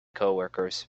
coworkers